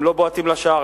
הם לא בועטים לשער,